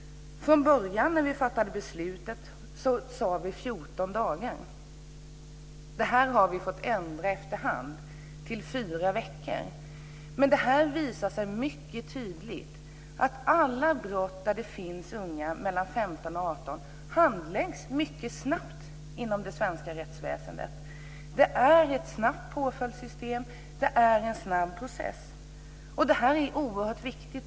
Från början när vi fattade beslutet sade vi 14 dagar. Det här har vi fått ändra efterhand till fyra veckor. Det visar sig mycket tydligt att alla brott där det finns unga mellan 15 och 18 år handläggs mycket snabbt inom det svenska rättsväsendet. Det är ett snabbt påföljdssystem, det är en snabb process. Det är oerhört viktigt.